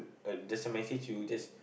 there's a message you just